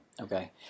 Okay